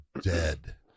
dead